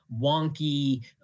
wonky